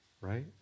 right